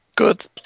Good